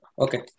Okay